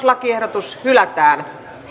lakiehdotus hylätään